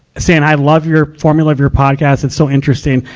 saying i love your formula of your podcast it's so interesting.